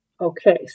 Okay